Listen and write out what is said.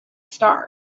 star